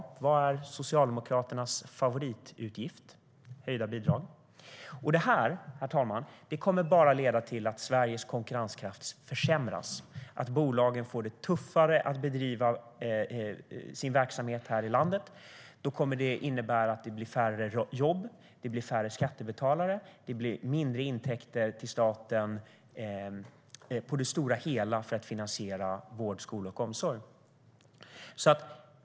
Och vad är Socialdemokraternas favoritutgift? Jo, det är höjda bidrag. Detta kommer, herr talman, bara att leda till att Sveriges konkurrenskraft försämras och att bolagen får det tuffare att bedriva sin verksamhet här i landet. Det kommer att innebära att det blir färre jobb, färre skattebetalare och mindre intäkter till staten på det stora hela för att finansiera vård, skola och omsorg.